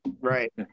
Right